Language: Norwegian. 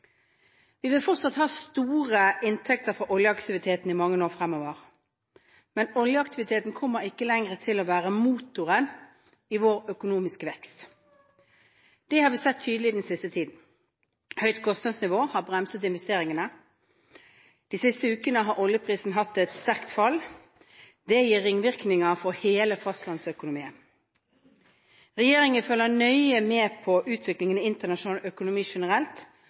Vi vil fortsatt ha store inntekter fra oljeaktiviteten i mange år fremover, men oljeaktiviteten kommer ikke lenger til å være motoren i vår økonomiske vekst. Det har vi sett tydelig den siste tiden. Et høyt kostnadsnivå har bremset investeringene. De siste ukene har oljeprisen hatt et sterkt fall, og det gir ringvirkninger for hele fastlandsøkonomien. Regjeringen følger nøye med på utviklingen i internasjonal økonomi generelt